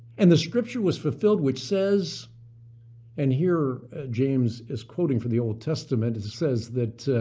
and the scripture was fulfilled which says and here james is quoting for the old testament it says that